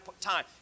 time